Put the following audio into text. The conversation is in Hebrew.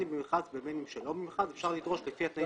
אם במיוחד ובין אם שלא במיוחד אפשר לדרוש לפי התנאים